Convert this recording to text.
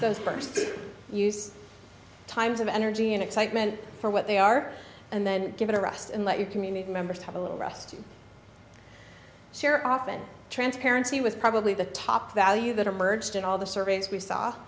those first use times of energy and excitement for what they are and then give it a rest and let your community members have a little rest share often transparency was probably the top value that emerged in all the surveys we saw